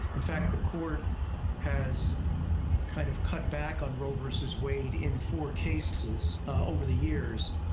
in fact the court has kind of cut back on roe versus wade in four cases over the years.